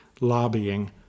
lobbying